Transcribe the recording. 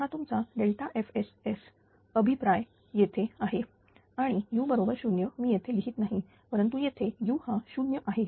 तर हा तुमचा FSS अभिप्राय येथे आहे आणि u बरोबर 0 मी येथे लिहीत नाही परंतु येथे u हा 0 आहे